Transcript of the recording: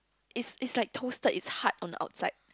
it's it's like toasted it's hard on the outside